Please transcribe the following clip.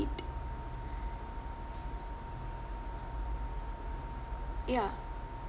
ya